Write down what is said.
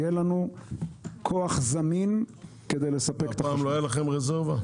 יהיה לנו כוח זמין כדי לספק את החשמל.